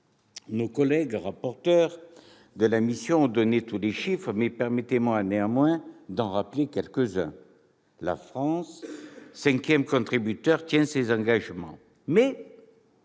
Nos collègues rapporteurs de la mission ont donné tous les chiffres, mais permettez-moi, néanmoins, d'en rappeler quelques-uns. La France, cinquième contributeur, tient ses engagements. Mais